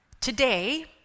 Today